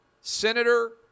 senator